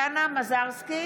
מזרסקי,